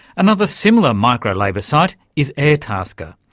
another similar micro-labour site is airtasker,